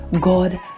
god